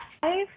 five